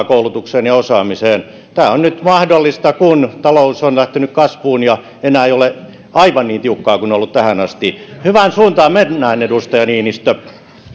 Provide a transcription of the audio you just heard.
koulutukseen ja osaamiseen tämä on nyt mahdollista kun talous on lähtenyt kasvuun ja enää ei ole aivan niin tiukkaa kuin on ollut tähän asti hyvään suuntaan mennään edustaja niinistö